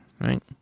right